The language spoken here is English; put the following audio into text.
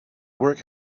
work